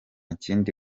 kindi